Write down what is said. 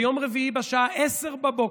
ביום רביעי בשעה 10:00 בבוקר,